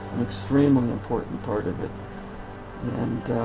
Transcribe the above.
an extremely important part of it and